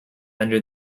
under